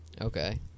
Okay